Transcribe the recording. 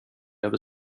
över